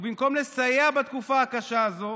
ובמקום לסייע בתקופה הקשה הזו,